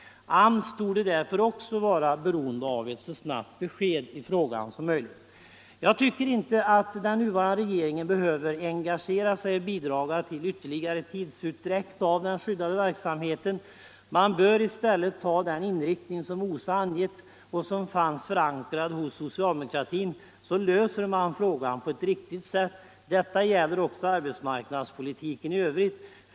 AMS torde därför också vara beroende av ett snabbt besked i frågan. Jag tycker inte att den nuvarande regeringen behöver engagera sig och bidra till ytterligare tidsutdräkt i fråga om den skyddade verksamheten. Man bör i stället ta den inriktning som OSA angett och som fanns förankrad hos socialdemokratin. Då löser man frågan på ett riktigt sätt. Detta gäller också arbetsmarknadspolitken i övrigt.